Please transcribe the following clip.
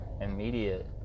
immediate